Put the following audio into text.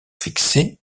fixé